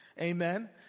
Amen